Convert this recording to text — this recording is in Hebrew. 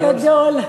אוי, גדול.